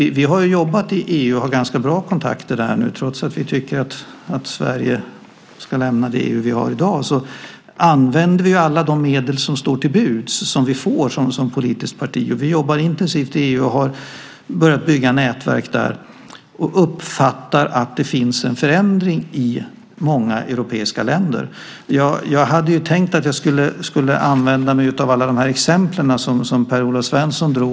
Vi har jobbat i EU och har ganska bra kontakter. Trots att vi tycker att Sverige ska lämna det EU vi har i dag använder vi alla de medel som står till buds för oss som politiskt parti. Vi jobbar intensivt i EU och har börjat bygga nätverk där. Vi uppfattar det så att det i många europeiska länder pågår en förändring. Jag hade tänkt använda mig av de exempel som Per-Olof Svensson gav.